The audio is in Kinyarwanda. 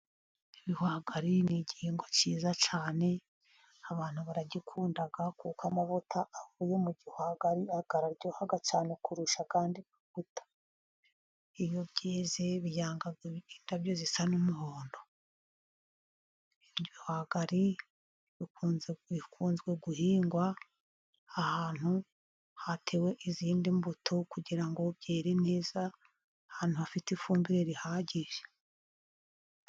Ibihwagari ni igihingwa cyiza cyane abantu baragikunda kuko amavuta avuye mu gihowagari akaryoha cyane kurusha ayandi yose, iyo byeze biyanga indabyo zisa n'umuhondo, igihwagari bikunze guhingwa ahantu hatewe izindi mbuto kugira ngo byere neza ahantu hafite ifumbire ihagije.